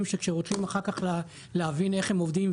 שכשרוצים אחר כך להבין איך הם עובדים,